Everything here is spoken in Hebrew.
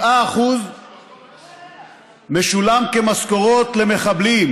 7% משולם כמשכורות למחבלים,